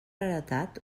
heretat